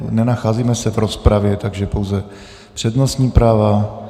Nenacházíme se v rozpravě, takže pouze přednostní práva.